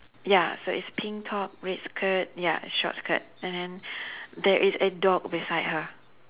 ya so it's pink top red skirt ya short skirt and then there is a dog beside her